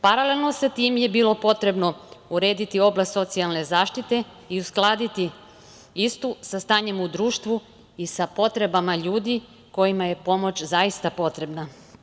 Paralelno sa tim je bilo potrebno urediti oblast socijalne zaštite i uskladiti istu sa stanjima u društvu i sa potrebama ljudi kojima je pomoć zaista potrebna.